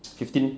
fifteen